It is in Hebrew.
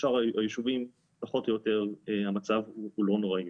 בשאר הישובים האחרים פחות או יותר המצב הוא לא נוראי.